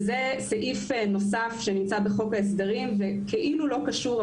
אני מתכוונת לסעיף נוסף שנמצא בחוק ההסדרים וכאילו לא קשור,